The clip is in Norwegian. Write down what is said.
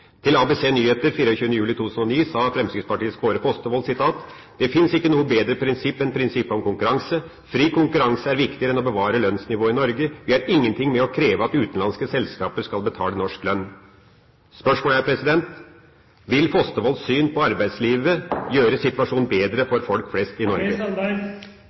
Til ABC Nyheter 23. juli 2009 sa Fremskrittspartiets Kåre Fostervold: «Det finnes ikke noe bedre prinsipp, enn prinsippet om konkurranse. Fri konkurranse er viktigere enn å bevare lønnsnivået i Norge! Vi har ingenting med å kreve at utenlandske selskaper skal betale norsk lønn.» Spørsmålet er: Vil Fostervolds syn på arbeidslivet gjøre situasjonen bedre for folk flest i Norge?